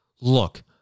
look